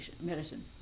medicine